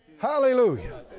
Hallelujah